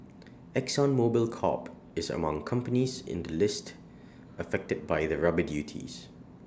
exxon Mobil Corp is among companies in the list affected by the rubber duties